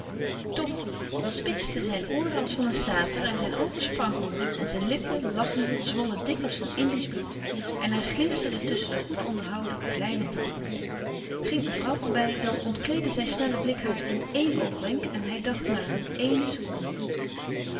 toch spitsten zijn ooren als van een sater en zijn oogen sprankelden en zijn lippen lachende zwollen dik als van indiesch bloed en er glinsterden tusschen de goed onderhouden kleine tanden ging een vrouw voorbij dan ontkleedde zijn snelle blik haar in éen oogwenk en hij dacht na éene seconde